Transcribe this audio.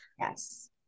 Yes